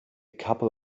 couple